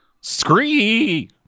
Scree